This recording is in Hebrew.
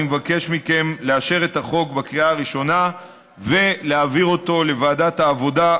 אני מבקש מכם לאשר את החוק בקריאה הראשונה ולהעביר אותו לוועדת העבודה,